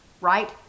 right